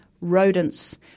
rodents